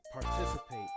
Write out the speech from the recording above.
participate